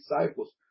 disciples